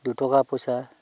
দুটকা পইচা